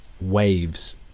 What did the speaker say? waves